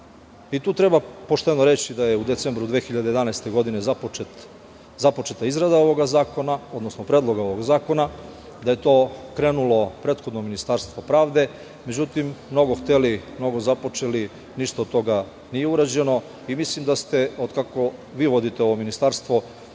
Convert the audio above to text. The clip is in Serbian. Tu treba pošteno reći da je u decembru 2011. godine započeta izrada ovoga zakona, odnosno Predloga ovoga zakona, da je to krenulo prethodno Ministarstvo pravde, međutim, "mnogo hteli, mnogo započeli", ništa od toga nije urađeno. Mislim da od kada vi vodite ovo ministarstvo,